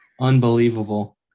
Unbelievable